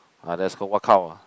ah that's called